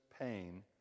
pain